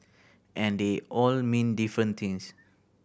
and they all mean different things